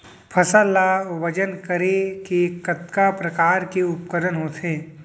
फसल ला वजन करे के कतका प्रकार के उपकरण होथे?